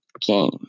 game